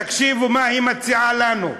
תקשיבו מה היא מציעה לנו: